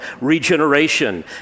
regeneration